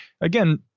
again